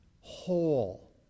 whole